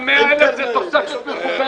תמר, גם 100,000 זו תוספת מכובדת.